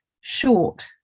short